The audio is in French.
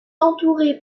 entouré